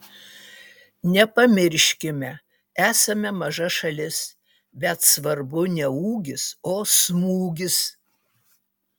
nepamirškime esame maža šalis bet svarbu ne ūgis o smūgis